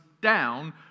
down